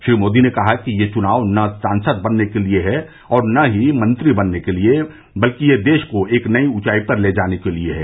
श्री मोदी ने कहा कि ये चुनाव न सांसद बनने के लिए है और न ही मंत्री बनने के लिए है बल्कि ये देश को एक नई ऊँचाई पर ले जाने के लिए है